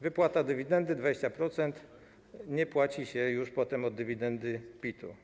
Wypłata dywidendy 20% i nie płaci się już potem od dywidendy PIT-u.